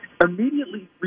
immediately